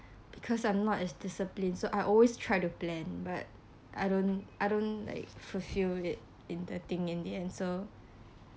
because i'm not as disciplined so I always try to plan but I don't I don't like fulfill it in the thing in the end so